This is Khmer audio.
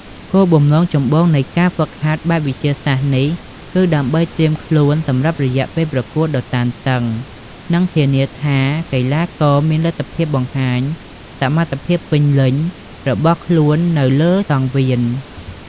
គោលបំណងចម្បងនៃការហ្វឹកហាត់បែបវិទ្យាសាស្ត្រនេះ គឺដើម្បីត្រៀមខ្លួនសម្រាប់រយៈពេលប្រកួតដ៏តានតឹង និងធានាថាកីឡាករមានលទ្ធភាពបង្ហាញសមត្ថភាពពេញលេញរបស់ខ្លួននៅលើសង្វៀន។